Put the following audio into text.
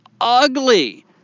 ugly